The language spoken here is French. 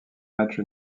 match